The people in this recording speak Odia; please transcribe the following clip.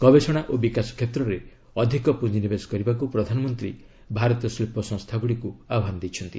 ଗବେଷଣା ଓ ବିକାଶ କ୍ଷେତ୍ରରେ ଅଧିକ ପୁଞ୍ଜିନିବେଶ କରିବାକୁ ପ୍ରଧାନମନ୍ତ୍ରୀ ଭାରତୀୟ ଶିଳ୍ପ ସଂସ୍ଥାଗୁଡ଼ିକୁ ଆହ୍ୱାନ ଦେଇଛନ୍ତି